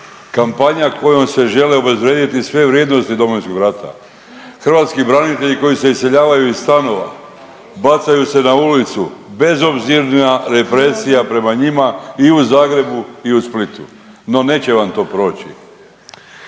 Kampanja kojom se žele obezvrijediti sve vrijednosti Domovinskog rata. Hrvatski branitelji koji se iseljavaju iz stanova, bacaju se na ulicu, bezobzirna represija prema njima i u Zagrebu i u Splitu. No, neće vam to proći.